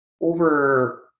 Over